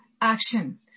action